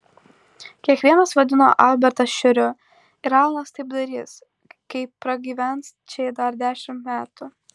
kiekvienas vadino albertą šiuriu ir alanas taip darys kai pragyvens čia dar dešimt metų